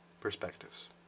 perspectives